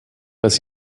was